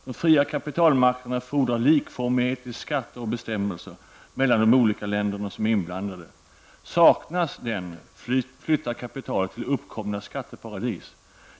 De fria kapitalmarknaderna fordrar likformighet i skatter och bestämmelser mellan de olika länder, som är inblandade. Saknas den flyttar kapitalet till uppkomna skatteparadis.